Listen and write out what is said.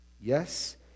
Yes